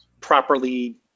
properly